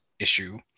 Issue